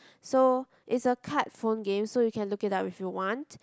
so it's a card phone game so you can look it up if you want